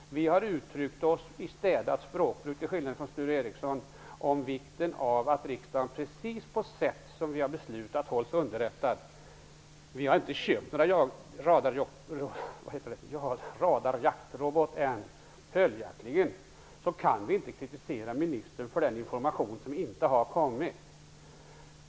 Vi har uttryckt oss i städat språkbruk, till skillnad från Sture Ericson, om vikten av att riksdagen hålls underrättad precis på sådant sätt som vi har beslutat. Vi har inte köpt några radarjaktrobotar än. Följaktligen kan vi inte kritisera ministern för den information som inte har kommit.